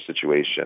situation